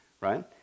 right